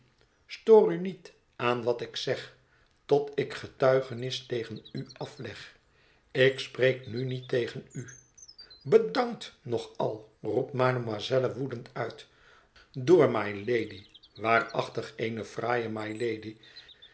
u niet aan wat ik zeg tot ik getuigenis tegen u afleg ik spreek nu niet tegen u bedankt nog al roept mademoiselle woedend uit door mylady waarachtig eene fraaie mylady